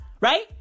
Right